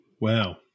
Wow